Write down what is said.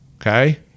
okay